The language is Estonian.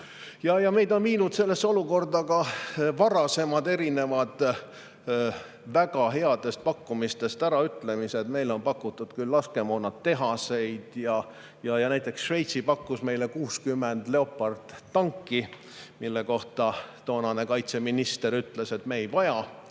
Meid on viinud sellesse olukorda ka erinevad varasemad väga headest pakkumistest äraütlemised. Meile on pakutud küll laskemoonatehaseid ja näiteks Šveits pakkus meile 60 Leopardi tanki, mille kohta toonane kaitseminister ütles, et me ei vaja